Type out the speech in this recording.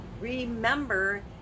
Remember